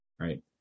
Right